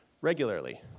regularly